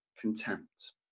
contempt